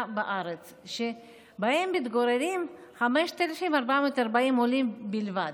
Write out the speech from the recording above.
בארץ ומתגוררים בהם 5,440 עולים בלבד.